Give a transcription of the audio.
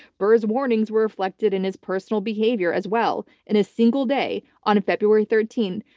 barr's warnings were reflected in his personal behavior as well. in a single day, on february thirteen,